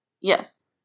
Yes